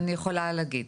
אני יכולה להגיד.